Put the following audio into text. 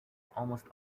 almost